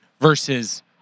versus